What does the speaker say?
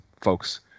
folks